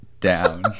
down